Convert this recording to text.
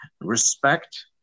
Respect